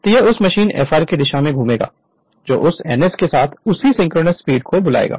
तो यह उस मशीन Fr की दिशा में घूमेगा जो उस ns के साथ उसी सिंक्रोनस स्पीड को बुलाएगा